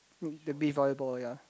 be the bea~ volleyball yea